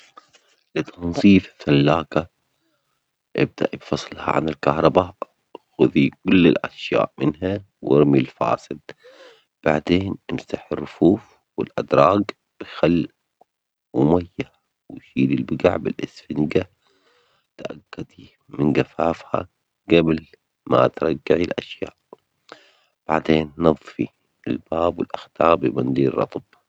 لتنظيف ثلاجة، ابدأي بفصلها عن الكهرباء، خذي كل الأشياء منها وارمي الفاسد، بعدين امسحي الرفوف والأدراج بخل وميه وشيلي البجع بالاسفنجة، تأكدي من جفافها جبل ما ترجعي الأشياء، بعدين نظفي الباب والأختاء بمنديل رطب.